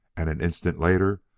and, an instant later,